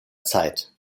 zeit